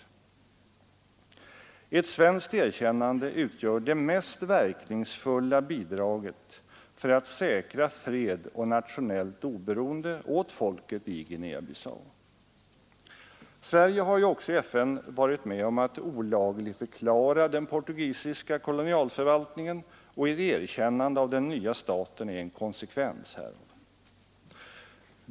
Ett debatt svenskt erkännande utgör det mest verkningsfulla bidraget för att säkra fred och nationellt oberoende åt folket i Guinea-Bissau. Sverige har ju också i FN varit med om att olagligförklara den portugisiska kolonialförvaltningen, och ett erkännande av den nya staten är en konsekvens härav.